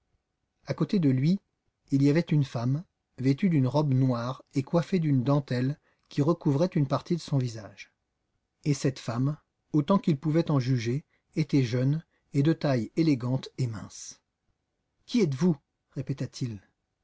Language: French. à côté de lui il y avait une femme une femme vêtue d'une robe noire et coiffée d'une dentelle qui recouvrait une partie de son visage et cette femme autant qu'il pouvait en juger était jeune et de taille élégante et mince qui êtes-vous répéta-t-il